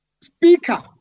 speaker